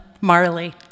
Marley